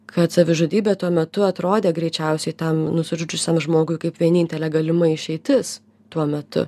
kad savižudybė tuo metu atrodė greičiausiai tam nusižudžiusiam žmogui kaip vienintelė galima išeitis tuo metu